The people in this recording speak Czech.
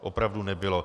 Opravdu nebylo.